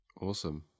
awesome